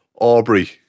Aubrey